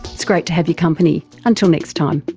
it's great to have you company, until next time